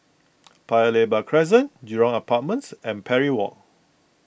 Paya Lebar Crescent Jurong Apartments and Parry Walk